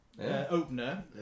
opener